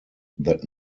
that